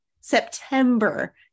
September